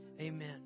Amen